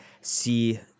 see